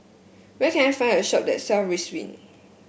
where can I find a shop that sell Ridwind